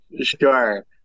Sure